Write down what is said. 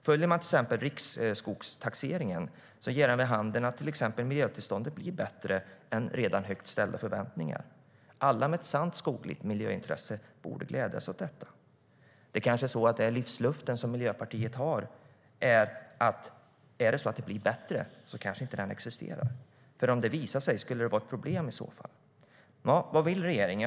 Följer man Riksskogstaxeringen ger den vid handen att till exempel miljötillståndet blir bättre än redan högt ställda förväntningar. Alla med ett sant skogligt miljöintresse borde glädjas åt detta. Men om det blir bättre kanske Miljöpartiets livsluft inte längre existerar. Skulle det vara ett problem om miljön visar sig bli bättre? Vad vill regeringen?